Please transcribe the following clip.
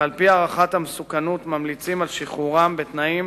ועל-פי הערכת המסוכנות ממליצים על שחרורם בתנאים.